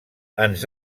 ens